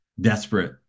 desperate